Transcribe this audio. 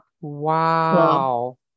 Wow